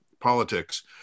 politics